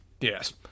Yes